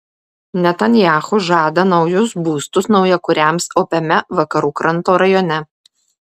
netanyahu žada naujus būstus naujakuriams opiame vakarų kranto rajone